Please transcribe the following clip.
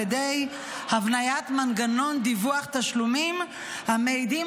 על ידי הבניית מנגנון דיווח תשלומים המעידים